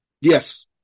yes